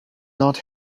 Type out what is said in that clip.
not